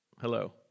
hello